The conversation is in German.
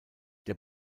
der